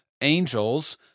angels